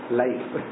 life